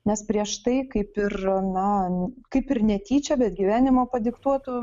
nes prieš tai kaip ir na kaip ir netyčia bet gyvenimo padiktuotu